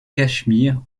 cachemire